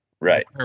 Right